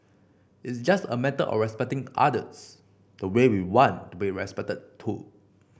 it's just a matter of respecting others the way we want to be respected too